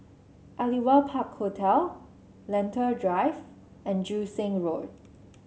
Aliwal Park Hotel Lentor Drive and Joo Seng Road